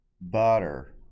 Butter